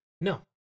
No